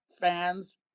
fans